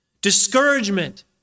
Discouragement